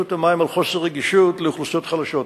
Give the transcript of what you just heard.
המים על חוסר רגישות לאוכלוסיות חלשות.